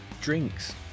drinks